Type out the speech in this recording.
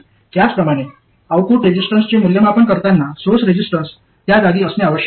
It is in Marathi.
आणि त्याचप्रमाणे आउटपुट रेजिस्टन्सचे मूल्यमापन करताना सोर्स रेजिस्टन्स त्या जागी असणे आवश्यक आहे